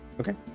Okay